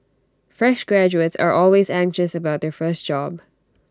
fresh graduates are always anxious about their first job